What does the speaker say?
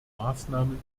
maßnahmen